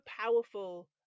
powerful